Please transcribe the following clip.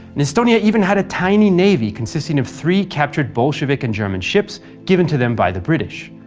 and estonia even had a tiny navy consisting of three captured bolshevik and german ships given to them by the british.